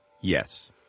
yes